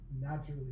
naturally